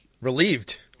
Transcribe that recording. Relieved